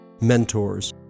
mentors